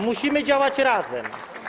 Musimy działać razem.